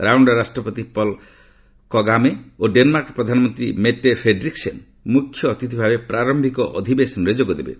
ରାଓଣ୍ଡାର ରାଷ୍ଟ୍ରପତି Paul Kagame ଓ Denmark ପ୍ରଧାନମନ୍ତ୍ରୀ ମେଟେ ଫେଡ୍ରିକସେନ୍ ମୁଖ୍ୟ ଅତିଥିଭାବେ ପ୍ରାର୍ୟିକ ଅଧିବେଶନରେ ଯୋଗଦେବେ